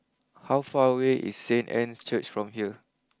how far away is Saint Anne's Church from here